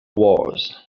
wars